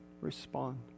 respond